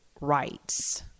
rights